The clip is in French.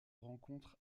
rencontre